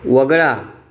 वगळा